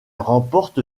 remporte